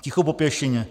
Ticho po pěšině!